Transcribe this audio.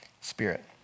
Spirit